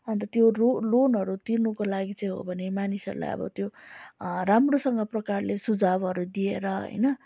अन्त त्यो रो लोनहरू तिर्नुको लागि चाहिँ हो भने मानिसहरूलाई अब त्यो राम्रोसँग प्रकारले सुझावहरू दिएर होइन